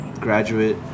graduate